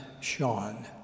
Sean